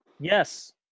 Yes